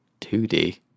2D